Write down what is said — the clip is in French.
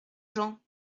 jean